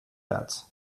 that